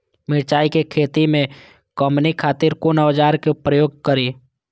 मिरचाई के खेती में कमनी खातिर कुन औजार के प्रयोग करी?